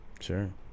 Sure